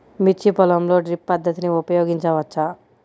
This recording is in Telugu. మిర్చి పొలంలో డ్రిప్ పద్ధతిని ఉపయోగించవచ్చా?